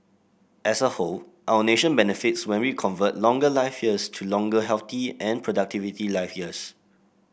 as a whole our nation benefits when we convert longer life years to longer healthy and productivity life years